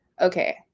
Okay